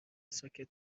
ساکت